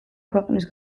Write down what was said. ქვეყნის